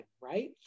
right